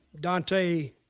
Dante